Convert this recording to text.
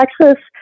Texas